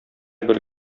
бер